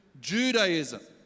Judaism